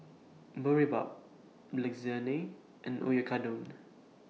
Boribap Lasagne and Oyakodon